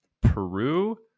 Peru